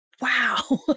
wow